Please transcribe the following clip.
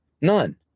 None